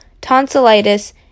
tonsillitis